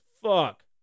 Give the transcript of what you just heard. fuck